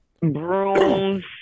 brooms